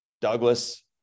Douglas